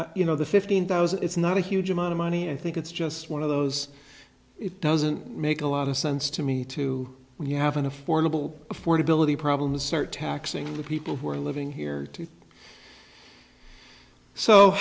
try you know the fifteen thousand it's not a huge amount of money i think it's just one of those it doesn't make a lot of sense to me too when you have an affordable affordability problem assert taxing the people who are living here